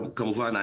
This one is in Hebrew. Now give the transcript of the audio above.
כמובן,